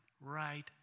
right